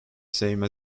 same